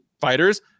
fighters